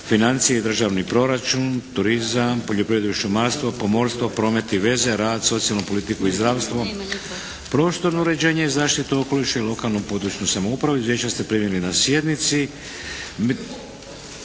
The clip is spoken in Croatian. financije i državni proračun, turizam, poljoprivredu i šumarstvo, pomorstvo, promet i veze, rad, socijalnu politiku i zdravstvo, prostorno uređenje i zaštitu okoliša i lokalnu i područnu samoupravu. Izvješća ste primili na sjednici.